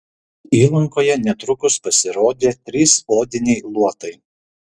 įlankoje netrukus pasirodė trys odiniai luotai